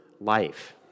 life